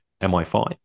MI5